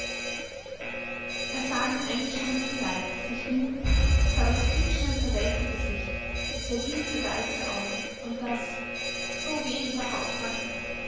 er sah den eingeschrumpften leib sich winden sah das blitzschnell verwelkte gesicht das vergilbte weiß der augen und das so weh herr hauptmann